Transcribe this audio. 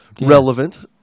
relevant